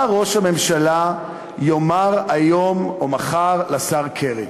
מה ראש הממשלה יאמר היום או מחר לשר קרי?